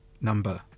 number